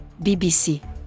BBC